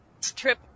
trip